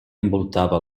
envoltava